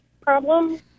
problem